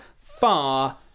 far